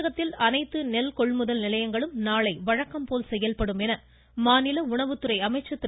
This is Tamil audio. தமிழகத்தில் அனைத்து நெல் கொள்முதல் நிலையங்களும் நாளை வழக்கம் போல் செயல்படும் என்று மாநில உணவுத்துறை அமைச்சர் திரு